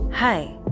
Hi